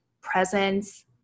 presence